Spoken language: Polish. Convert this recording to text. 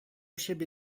siebie